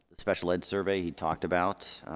special ed survey he talked about